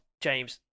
James